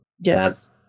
Yes